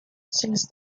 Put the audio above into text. since